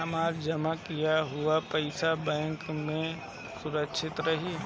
हमार जमा किया हुआ पईसा बैंक में सुरक्षित रहीं?